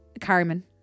Carmen